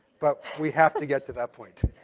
but we have to get to that point.